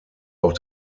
auch